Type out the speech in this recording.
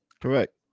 Correct